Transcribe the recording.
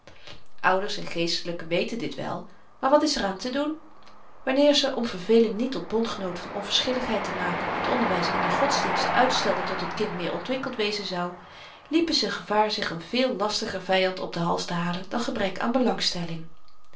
ouders en geestelyken weten dit wel maar wat is er aan te doen wanneer ze om verveling niet tot bondgenoot van onverschilligheid te maken het onderwys in de godsdienst uitstelden tot het kind meer ontwikkeld wezen zou liepen ze gevaar zich n veel lastiger vyand op den hals te halen dan gebrek aan belangstelling